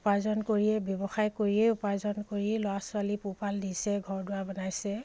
উপাৰ্জন কৰিয়েই ব্যৱসায় কৰিয়েই উপাৰ্জন কৰি ল'ৰা ছোৱালী পোহপাল দিছে ঘৰ দুৱাৰ বনাইছে